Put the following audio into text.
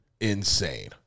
insane